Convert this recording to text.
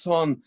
on